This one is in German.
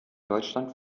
deutschland